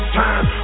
time